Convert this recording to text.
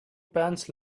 pants